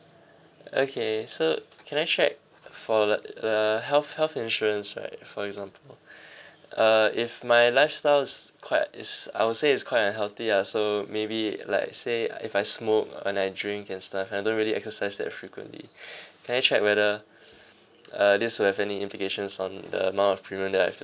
okay so can I check for like the the health health insurance right for example uh if my lifestyle is quite is I would say is quite unhealthy lah so maybe like say uh if I smoke and I drink and stuff I don't really exercise that frequently can I check whether uh these would have any implications on the amount of premium that I have to